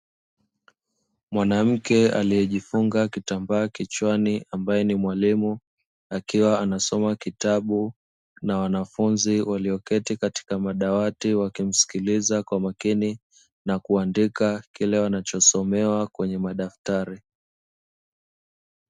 Mwanamke aliyejifunga kitambaa kichwani ambaye ni mwalimu, akiwa anasoma kitabu na wanafunzi walioketi katika madawati wakimsikiliza kwa makini na kuandika kile wanachosomewa kwenye madaftari.